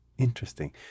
Interesting